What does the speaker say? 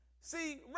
See